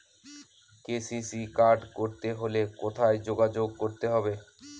KCC card করতে হলে কোথায় যোগাযোগ করতে হবে?